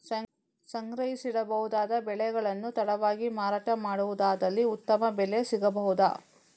ಸಂಗ್ರಹಿಸಿಡಬಹುದಾದ ಬೆಳೆಗಳನ್ನು ತಡವಾಗಿ ಮಾರಾಟ ಮಾಡುವುದಾದಲ್ಲಿ ಉತ್ತಮ ಬೆಲೆ ಸಿಗಬಹುದಾ?